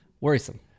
worrisome